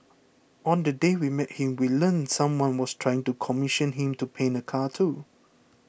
on the day we met him we learnt someone was trying to commission him to paint a car too